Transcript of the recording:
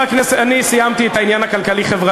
אני סיימתי את העניין הכלכלי-חברתי,